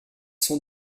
sont